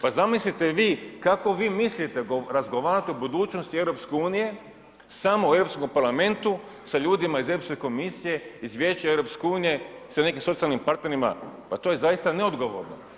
Pa zamislite vi kako vi mislite razgovarati o budućnosti EU samo u Europskom parlamentu da ljudima iz Europske komisije, iz Vijeća EU sa nekim socijalnim partnerima, pa to je zaista neodgovorno.